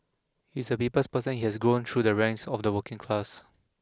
he is a people's person he has grown through the ranks of the working class